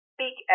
Speak